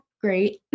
great